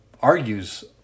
argues